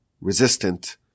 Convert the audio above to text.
resistant